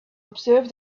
observe